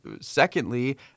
secondly